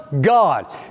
God